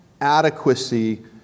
Adequacy